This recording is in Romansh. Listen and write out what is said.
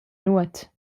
nuot